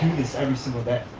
this every single day?